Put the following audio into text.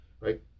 right